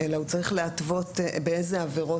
אלא הוא צריך להתוות באילו עבירות.